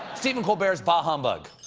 stephen colbert's bah, humbug!